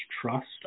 trust